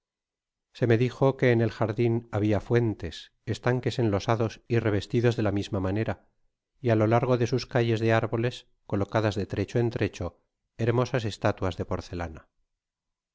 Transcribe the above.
se me dijo que en el jardin habia fuentes estanques enlosados y revestidos de ía misma manera y á lo largo de sus calles de árboles colocadas de trecho en trecho hermosas estatuas de porcelana